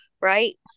right